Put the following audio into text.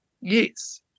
Yes